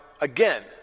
again